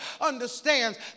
understands